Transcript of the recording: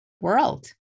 world